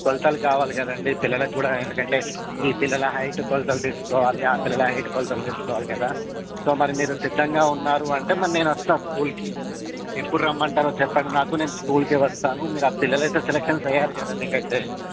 కొలతలు కావాలి కదండీ పిల్లలకు కూడా ఎందుకంటే ఈ పిల్లల హైటు కొలతలు తీసుకోవాలి ఆ పిల్లల హైటు కొలతలు తీసుకోవాలి కదా సో మరి మీరు సిద్ధంగా ఉన్నారు అంటే మరి నేను వస్తా స్కూల్కి ఎప్పుడు రమ్మంటారో చెప్పండి నాకు నేను స్కూల్కి వస్తాను మీరు ఆ పిల్లలు అయితే సెలక్షన్ అయ్యారు కదండి అయితే